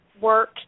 work